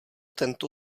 tento